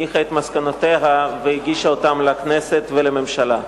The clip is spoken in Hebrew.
מסקנותיה והגישה אותן לכנסת ולממשלה.